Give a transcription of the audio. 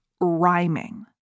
rhyming